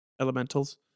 Elementals